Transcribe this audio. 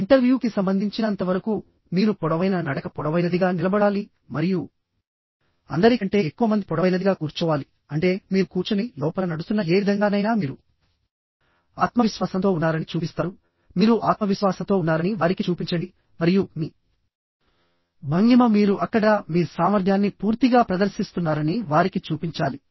ఇంటర్వ్యూకి సంబంధించినంతవరకు మీరు పొడవైన నడక పొడవైనదిగా నిలబడాలి మరియు అందరికంటే ఎక్కువ మంది పొడవైనదిగా కూర్చోవాలి అంటే మీరు కూర్చొని లోపల నడుస్తున్న ఏ విధంగానైనా మీరు ఆత్మవిశ్వాసంతో ఉన్నారని చూపిస్తారు మీరు ఆత్మవిశ్వాసంతో ఉన్నారని వారికి చూపించండి మరియు మీ భంగిమ మీరు అక్కడ మీ సామర్థ్యాన్ని పూర్తిగా ప్రదర్శిస్తున్నారని వారికి చూపించాలి